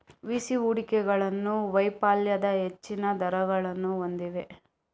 VC ಹೂಡಿಕೆಗಳು ವೈಫಲ್ಯದ ಹೆಚ್ಚಿನ ದರಗಳನ್ನು ಹೊಂದಿವೆ